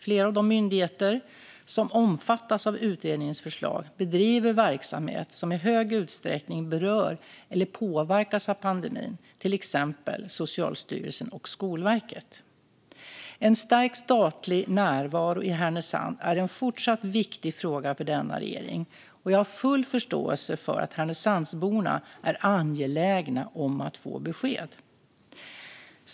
Flera av de myndigheter som omfattas av utredningens förslag bedriver verksamhet som i hög utsträckning berör eller påverkas av pandemin, till exempel Socialstyrelsen och Skolverket. En stärkt statlig närvaro i Härnösand är en fortsatt viktig fråga för denna regering, och jag har full förståelse för att Härnösandsborna är angelägna om att få besked.